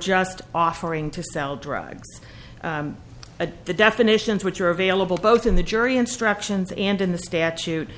just offering to sell drugs a the definitions which are available both in the jury instructions and in the statute